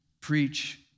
preach